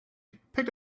picked